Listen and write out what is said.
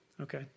Okay